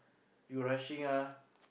you rushing ah